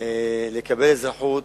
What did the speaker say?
בקבלת אזרחות,